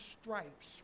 stripes